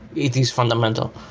it is fundamental.